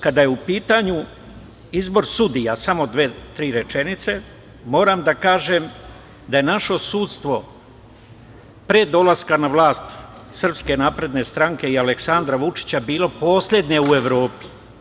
Kada je u pitanju izbor sudija, samo dve, tri rečenice, moram da kažem da je naše sudstvo pre dolaska na vlast SNS i Aleksandra Vučića bilo poslednje u Evropi.